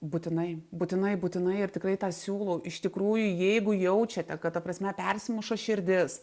būtinai būtinai būtinai ir tikrai tą siūlau iš tikrųjų jeigu jaučiate kad ta prasme persimuša širdis